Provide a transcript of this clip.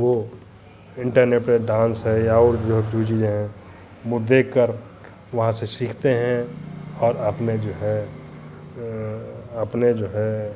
वह इन्टरनेट पर डान्स है या और जो है जो चीज़ें हैं वह देखकर वहाँ से सीखते हैं और अपने जो है अपने जो है